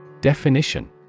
Definition